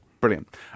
brilliant